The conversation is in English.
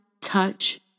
touch